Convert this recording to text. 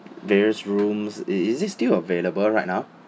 various rooms is is it still available right now